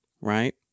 Right